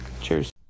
Cheers